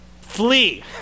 Flee